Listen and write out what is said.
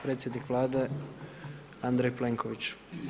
Predsjednik Vlade Andraj Plenković.